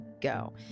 go